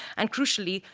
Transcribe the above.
and crucially,